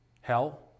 Hell